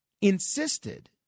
insisted